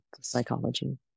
psychology